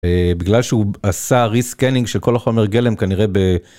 בגלל שהוא עשה ריסקנינג של כל החומר גלם כנראה ב.